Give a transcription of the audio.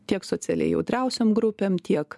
tiek socialiai jautriausiom grupėm tiek